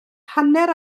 hanner